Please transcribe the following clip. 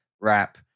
rap